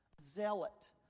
Zealot